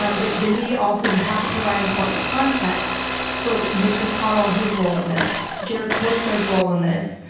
um but the media, also you have to provide important context for mitch mcconnell and his role in this. jared kushner's role in this.